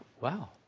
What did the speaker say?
wow